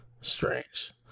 Strange